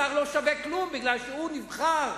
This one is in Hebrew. השר לא שווה כלום, כי הוא נבחר.